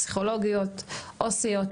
פסיכולוגיות, עו"סיות.